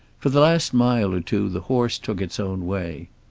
for the last mile or two the horse took its own way.